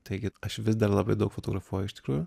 taigi aš vis dar labai daug fotografuoju iš tikrųjų